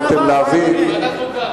יכולתם להביא.